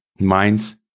Minds